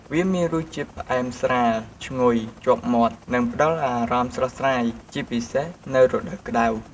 វាមានរសជាតិផ្អែមស្រាល ឈ្ងុយជាប់មាត់ និងផ្តល់អារម្មណ៍ស្រស់ស្រាយ ជាពិសេសនៅរដូវក្ដៅ។